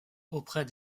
auprès